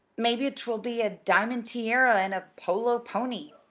maybe twill be a diamond tiara and a polo pony.